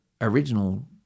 original